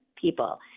people